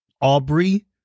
Aubrey